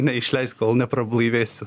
neišleisk kol neprablaivėsiu